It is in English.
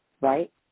right